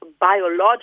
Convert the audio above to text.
biological